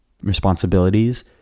responsibilities